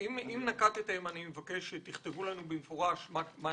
אם נקטתם, אני מבקש שתכתבו במפורש מה נקטתם.